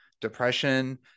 depression